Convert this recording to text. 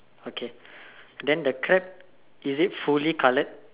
okay then the crab is it fully coloured